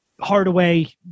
Hardaway